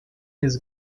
his